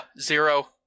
zero